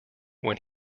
when